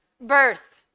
birth